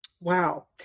Wow